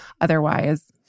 otherwise